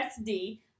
SD